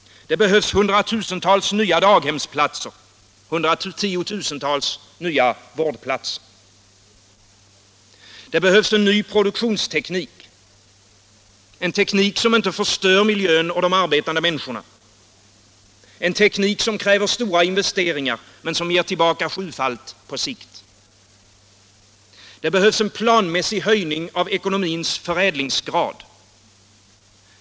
Det behövs hundratusentals nya daghemsplatser, tiotusentals nya vårdplatser. Det behövs en ny produktionsteknik. En teknik som inte förstör miljön och de arbetande människorna. En teknik som kräver stora investeringar men som ger tillbaka sjufalt på sikt. Det behövs en planmässig höjning av ekonomins förädlingsgrad.